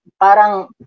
parang